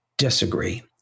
disagree